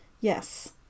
yes